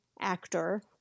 actor